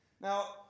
Now